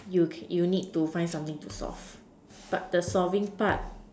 you you need to find something to solve but the solving part